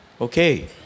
Okay